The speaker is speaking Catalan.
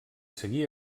seguir